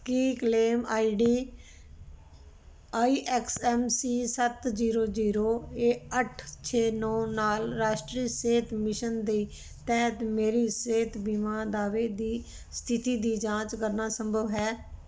Ki claim ID I X M C ਸੱਤ zero zero A ਅੱਠ ਛੇ ਨੌਂ ਨਾਲ ਰਾਸ਼ਟਰੀ ਸਿਹਤ ਮਿਸ਼ਨ ਦੇ ਤਹਿਤ ਮੇਰੀ ਸਿਹਤ ਬੀਮਾ ਦਾਅਵੇ ਦੀ ਸਥਿਤੀ ਦੀ ਜਾਂਚ ਕਰਨਾ ਸੰਭਵ ਹੈ